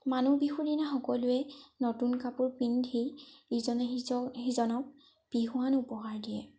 মানুহ বিহুৰ দিনা সকলোৱে নতুন কাপোৰ পিন্ধি ইজনে সিজ সিজনক বিহুৱান উপহাৰ দিয়ে